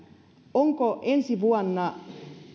onko ensi vuonna